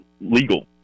legal